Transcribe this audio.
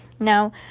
Now